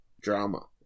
Drama